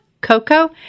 Coco